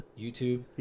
YouTube